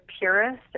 purist